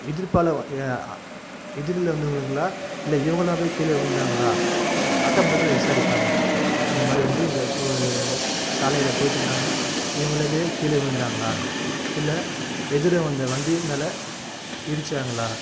எதிர்ப்பால எதிரில் வந்தவங்களா இல்லை இவங்களாகவே கீழே விழுந்தாங்களா அக்கம் பக்கத்தில் விசாரிப்பாங்க இந்த மாதிரி வந்து இந்த ஒரு சாலையில் போய்ட்டிருந்தாங்கன்னா இவுங்களாவே கீழே விழுந்தாங்களா இல்லை எதிரே வந்த வண்டி மேலே இடித்தாங்களா